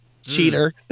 Cheater